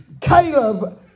Caleb